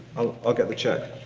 i'll get the check.